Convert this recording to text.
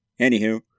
Anywho